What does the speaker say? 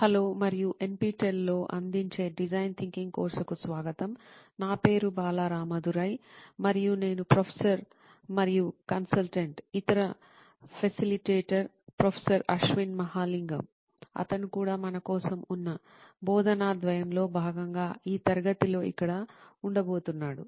hello మరియు NPTEL లో అందించే డిజైన్ థింకింగ్ కోర్సుకు స్వాగతం నా పేరు బాలా రామదురై మరియు నేను ప్రొఫెసర్ మరియు కన్సల్టెంట్ ఇతర ఫెసిలిటేటర్ ప్రొఫెసర్ అశ్విన్ మహాలింగం అతను కూడా మన కోసం ఉన్న బోధనా ద్వయంలో భాగంగా ఈ తరగతి లో ఇక్కడ ఉండబోతున్నాడు